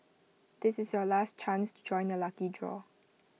this is your last chance to join the lucky draw